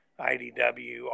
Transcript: idw